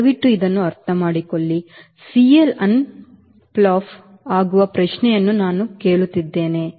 ದಯವಿಟ್ಟು ಇದನ್ನು ಅರ್ಥಮಾಡಿಕೊಳ್ಳಿ Cl ಅನ್ ಫ್ಲಾಪ್ ಆಗುವ ಪ್ರಶ್ನೆಯನ್ನು ನಾವು ಕೇಳುತ್ತಿದ್ದೇವೆ